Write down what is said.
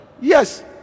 yes